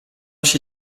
się